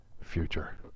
future